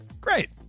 Great